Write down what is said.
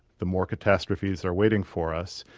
the more catastrophes are waiting for us.